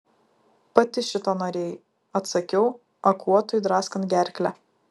pati šito norėjai atsakiau akuotui draskant gerklę